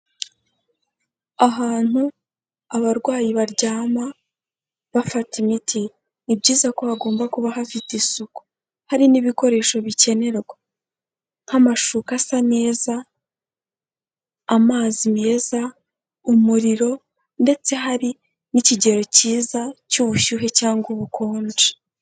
Ahantu abarwayi baryama bafata imiti, ni byiza ko hagomba kuba hafite isuku hari n'ibikoresho bikenerwa nk'amashuka asa neza, amazi meza umuriro ndetse hari n'ikigero cyiza cy'ubushyuhe cyangwa ubukonje.